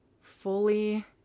fully